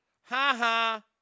ha-ha